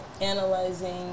analyzing